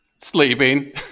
Sleeping